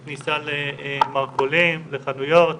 בכניסה למרכולים, לחנויות,